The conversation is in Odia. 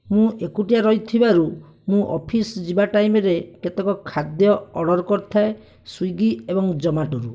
ମୁଁ ଏକୁଟିଆ ରହିଥିବାରୁ ମୁଁ ଅଫିସ ଯିବା ଟାଇମରେ କେତେକ ଖାଦ୍ୟ ଅର୍ଡ଼ର କରିଥାଏ ସ୍ଵିଗି ଏବଂ ଜୋମାଟୋରୁ